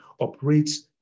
operates